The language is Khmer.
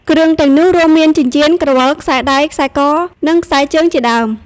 គ្រឿងទាំងនោះរួមមានចិញ្ចៀន ក្រវិល ខ្សែដៃ ខ្សែក និងខ្សែជើងជាដើម។